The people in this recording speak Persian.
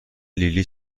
لیلی